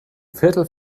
viertel